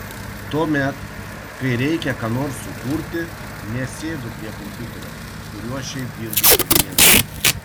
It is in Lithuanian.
tuomet kai reikia ką nors sukurti nesėdu prie kompiuterio kuriuo šiaip dirbu kasdien